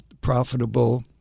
profitable